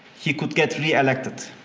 he could get re-elected.